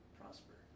prosper